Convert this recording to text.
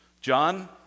John